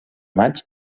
maig